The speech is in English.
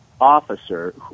officer